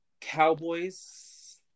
Cowboys